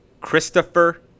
Christopher